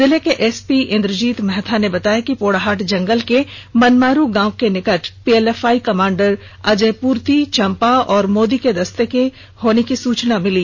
जिले के एसपी इंद्रजीत महथा ने बताया कि पोड़ाहाट जंगल के मनमारू गांव के निकट पीएलएफआई कमांडर अजय पूर्ति चंपा और मोदी के दस्ते की होने की सूचना मिली